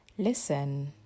Listen